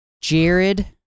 Jared